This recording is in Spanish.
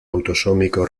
autosómico